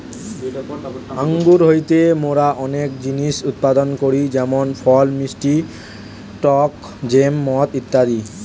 আঙ্গুর হইতে মোরা অনেক জিনিস উৎপাদন করি যেমন ফল, মিষ্টি টক জ্যাম, মদ ইত্যাদি